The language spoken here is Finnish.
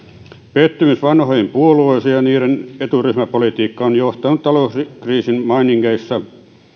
pettymys vanhoihin puolueisiin ja niiden eturyhmäpolitiikkaan on johtanut talouskriisin mainingeissa